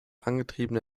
angetriebene